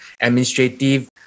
administrative